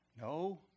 No